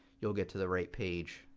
you'll get to the right page.